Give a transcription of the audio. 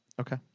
Okay